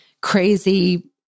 crazy